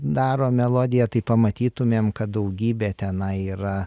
daro melodiją tai pamatytumėm kad daugybė tenai yra